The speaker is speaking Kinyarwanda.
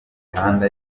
imihanda